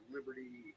Liberty